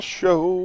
show